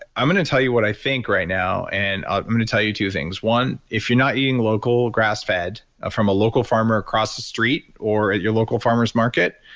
i'm going to tell you what i think right now and i'm going to tell you two things. one, if you're not eating local grass-fed ah from a local farmer across the street or at your local farmers market,